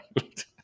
right